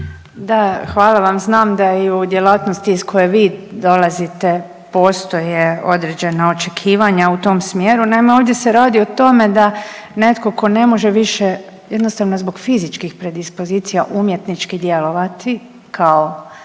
Da, hvala vam, znam da je i u djelatnosti iz koje vi dolazite postoje određena očekivanja u tom smjeru. Naime, ovdje se to radi o tome da netko tko ne može više jednostavno zbog fizičkih predispozicija umjetnički djelovati kao